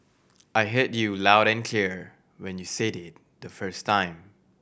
I heard you loud and clear when you said it the first time